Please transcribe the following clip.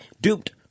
duped